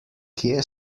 kje